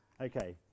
Okay